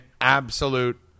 absolute